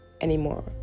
anymore